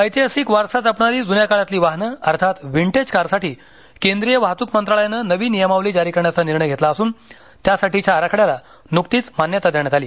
ऐतिहासिक वारसा जपणारी जुन्या काळातील वाहनं अर्थात व्हिंटेज कारसाठी केंद्रीय वाहतूक मंत्रालयानं नवी नियमावली जारी करण्याचा निर्णय घेतला असून त्यासाठीच्या आराखड्याला नुकतीच मान्यता देण्यात आली